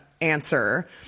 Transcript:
answer